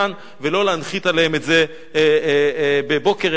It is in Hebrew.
ולא להנחית עליהם את זה בבוקר אחד ולהגיד